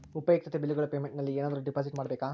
ಉಪಯುಕ್ತತೆ ಬಿಲ್ಲುಗಳ ಪೇಮೆಂಟ್ ನಲ್ಲಿ ಏನಾದರೂ ಡಿಪಾಸಿಟ್ ಮಾಡಬೇಕಾ?